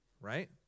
Right